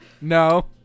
No